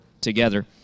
together